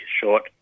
short